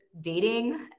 dating